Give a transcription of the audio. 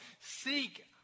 Seek